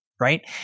Right